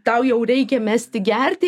tau jau reikia mesti gerti